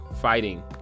fighting